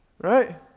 right